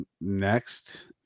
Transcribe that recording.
next